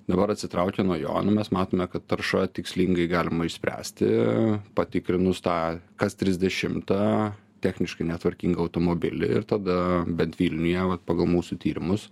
dabar atsitraukė nuo jo nu mes matome kad tarša tikslingai galima išspręsti patikrinus tą kas trisdešimta techniškai netvarkingą automobilį ir tada bent vilniuje vat pagal mūsų tyrimus